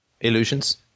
illusions